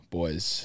boys